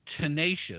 tenacious